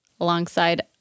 Alongside